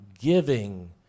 Giving